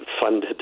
funded